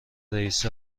رئیس